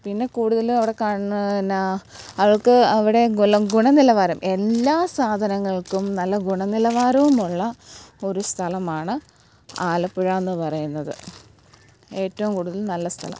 പിന്നെ കൂടുതൽ അവിടെ കാണുന്നതെന്നാ ആൾക്ക് അവിടെ ഗുണനിലവാരം എല്ലാ സാധനങ്ങൾക്കും നല്ല ഗുണനിലവാരവുമുള്ള ഒരു സ്ഥലമാണ് ആലപ്പുഴയെന്ന് പറയുന്നത് ഏറ്റവും കൂടുതൽ നല്ല സ്ഥലം